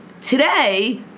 today